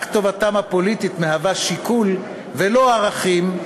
רק טובתם הפוליטית מהווה שיקול, ולא ערכים,